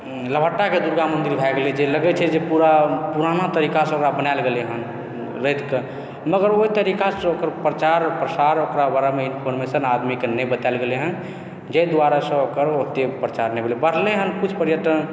लभट्टाके दुर्गामन्दिर भै गेलय जे लगैत छै पूरा पुरना तरीकासँ ओकरा बनायल गेलय हन रचिक मगर ओ तरीकासँ ओकर प्रचार प्रसार ओकरा बारेमे इन्फारमेशन आदमीके नहि बतायल गेलय हँ जाहि दुआरेसँ ओकर ओते प्रचार नहि भेलय हन बढ़लय हन किछु पर्यटन